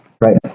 Right